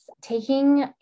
taking